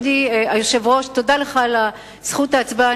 אדוני היושב-ראש, תודה לך על זכות ההצעה.